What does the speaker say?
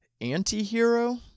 anti-hero